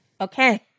Okay